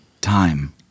time